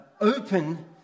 open